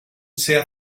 sea